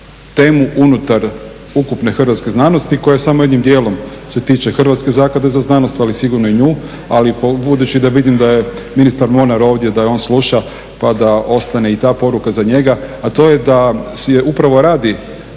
temu unutar ukupne hrvatske znanosti koja samo jednim dijelom se tiče Hrvatske zaklade za znanost ali sigurno i nju ali budući da vidim da je ministar Mornar ovdje da i on sluša pa da ostane i ta poruka za njega, a to je da se upravo radi